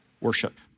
Worship